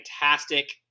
fantastic